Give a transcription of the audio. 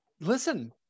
Listen